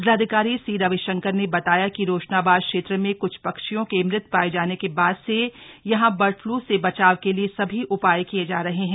जिलाधिकारी सी रविशंकर ने बताया कि रोशनाबाद क्षेत्र में कुछ पक्षियों के मृत पाए जाने के बाद से ही यहां बर्ड फ्लू से बचाव के लिए सभी उपाय किए जा रहे हैं